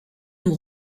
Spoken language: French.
nous